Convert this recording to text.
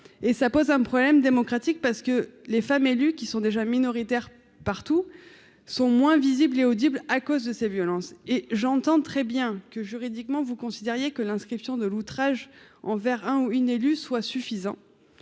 et ça pose un problème démocratique parce que les femmes élues qui sont déjà minoritaire partout sont moins visibles et audibles à cause de ces violences et j'entends très bien que, juridiquement, vous considériez que l'inscription de l'outrage envers un ou une élue soit suffisant